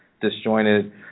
disjointed